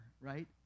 right